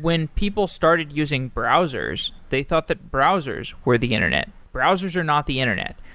when people started using browsers, they thought that browsers were the internet. browsers are not the internet.